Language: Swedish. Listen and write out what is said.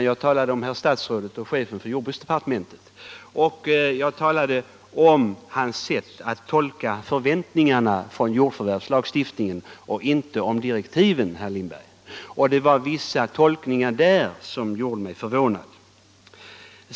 Jag talade om herr statsrådet och chefen för jordbruksdepartementet och hans sätt att tolka förväntningarna på en jordförvärvslagstiftning. Det handlade alltså inte om direktiven, herr Lindberg, men det var vissa tolkningar där som gjorde mig förvånad.